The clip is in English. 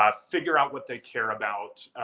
ah figure out what they care about,